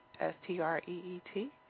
S-T-R-E-E-T